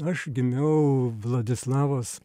aš gimiau vladislavos